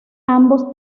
ambos